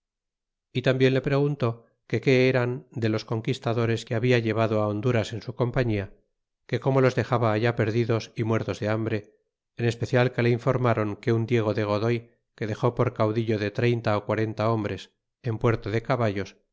y tambien le preguntó que qué eran de los conquistadores que habia llevado honduras en su compañia que como los dexaba allá perdidos y muertos de hambre en especial que le informaron que un diego de godoy que dex por caudillo de treinta ó quarenta hombres en puerto de caballos